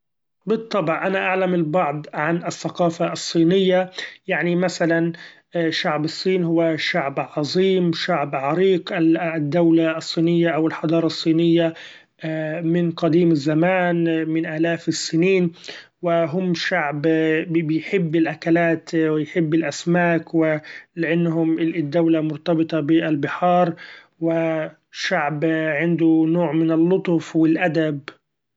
بالطبع أنا اعلم البعض عن الثقافة الصينية! يعني مثلا شعب الصين هو شعب عظيم شعب عريق، ال-الدولة الصينية أو الحضارة الصينية من قديم الزمان من آلاف السنين ، وهم شعب بيحب الاكلات ويحب الاسماك ،ولإنهم الدولة مرتبطة ب البحار ،وشعب عنده نوع من اللطف والادب.